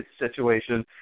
situation